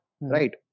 right